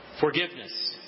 Forgiveness